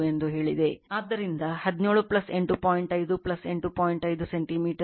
34 metre